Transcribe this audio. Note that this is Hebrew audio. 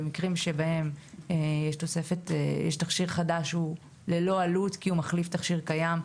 במקרים שבהם יש תכשיר חדש ללא עלות שמחליף תכשיר קיים,